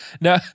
No